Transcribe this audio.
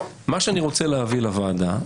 אני רוצה להביא לוועדה,